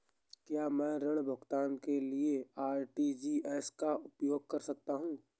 क्या मैं ऋण भुगतान के लिए आर.टी.जी.एस का उपयोग कर सकता हूँ?